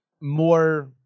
more